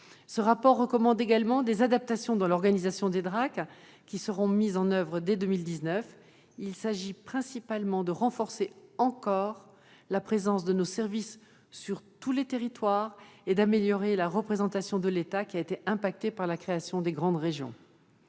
Ce rapport recommande également des adaptations dans l'organisation des DRAC, qui seront mises en oeuvre dès 2019. Il s'agit principalement de renforcer encore la présence de nos services sur tous les territoires et d'améliorer la représentation de l'État, qui a été impactée par la création de grandes régions.